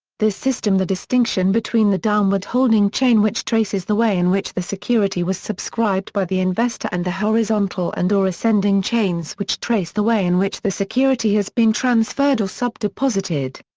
system the distinction between the downward holding chain which traces the way in which the security was subscribed by the investor and the horizontal and or ascending chains which trace the way in which the security has been transferred or sub-deposited.